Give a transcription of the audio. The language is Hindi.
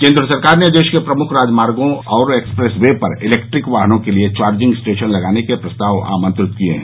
केन्द्र सरकार ने देश के प्रमुख राजमार्गो और एक्सप्रेस वे पर इलेक्ट्रिक वाहनों के लिए चार्जिंग स्टेशन लगाने के प्रस्ताव आमंत्रित किए हैं